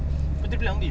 err but